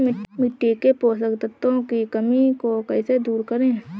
मिट्टी के पोषक तत्वों की कमी को कैसे दूर करें?